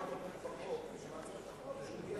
יש רק שאלה אחת.